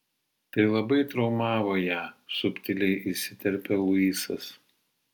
tai labai traumavo ją subtiliai įsiterpia luisas